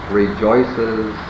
rejoices